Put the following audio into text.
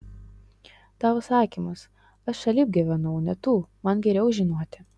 tavo sakymas aš šalip gyvenau ne tu man geriau žinoti